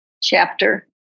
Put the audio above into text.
chapter